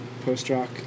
post-rock